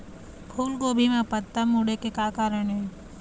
फूलगोभी म पत्ता मुड़े के का कारण ये?